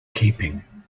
keeping